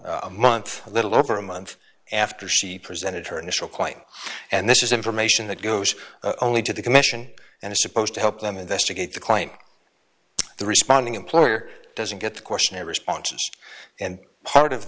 a month a little over a month after she presented her initial quite and this is information that goes only to the commission and is supposed to help them investigate the claims the responding employer doesn't get the questionnaire responses and part of